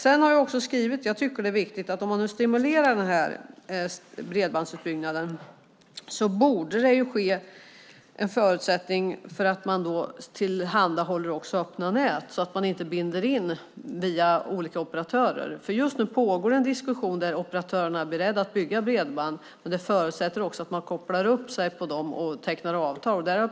Som jag har skrivit - detta är viktigt - tycker jag att det, om man stimulerar bredbandsutbyggnaden, borde finnas förutsättningar för att tillhandahålla också öppna nät så att man liksom inte binder in via olika operatörer. Just nu pågår en diskussion. Operatörerna är beredda att bygga bredband, men det förutsätter att man kopplar upp sig mot dem och tecknar avtal.